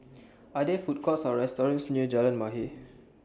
Are There Food Courts Or restaurants near Jalan Mahir